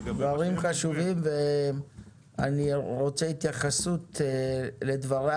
אמרת דברים חשובים ואני רוצה התייחסות לדבריה,